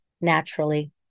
naturally